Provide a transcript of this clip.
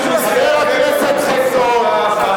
מישהו מסיעתם ניתק את הפעמון.